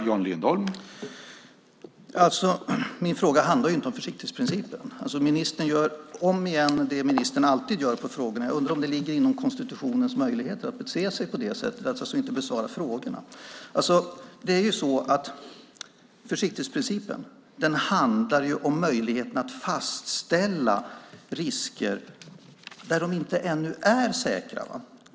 Herr talman! Min fråga handlar ju inte om försiktighetsprincipen. Ministern gör som ministern alltid gör när det gäller frågor. Jag undrar om det ligger inom konstitutionens möjlighet ett bete sig på det sättet, att inte besvara frågorna. Försiktighetsprincipen handlar ju om möjligheten att fastställa risker där de ännu inte är säkra.